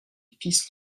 fils